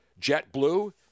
JetBlue